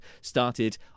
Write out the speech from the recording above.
started